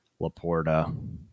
Laporta